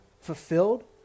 fulfilled